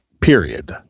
Period